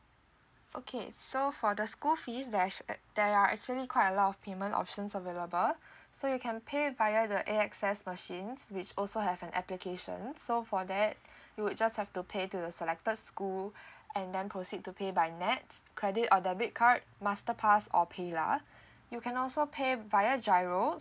okay so for the school fees that's there are actually quite a lot of payment options available so you can pay via the A_X_S machines which also have an applications so for that you would just have to pay to the selected school and then proceed to pay by nets credit or debit card master pass or paylah you can also pay via giro